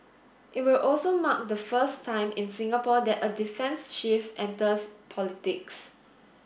it will also mark the first time in Singapore that a defence chief enters politics